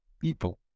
people